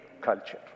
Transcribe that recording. culture